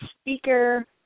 speaker